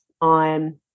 on